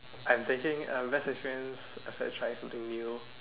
I'm thinking uh best experience after trying something new